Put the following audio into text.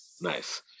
Nice